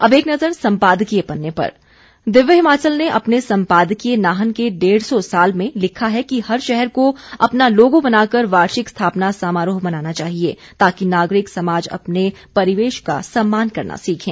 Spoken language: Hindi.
अब एक नज़र सम्पादकीय पन्ने पर दिव्य हिमाचल ने अपने संपादकीय नाहन के डेढ़ सौ साल में लिखा है कि हर शहर को अपना लोगो बनाकर वार्षिक स्थापना समारोह मनाना चाहिए ताकि नागरिक समाज अपने परिवेश का सम्मान करना सीखे